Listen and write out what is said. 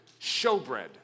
showbread